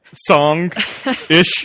song-ish